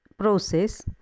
Process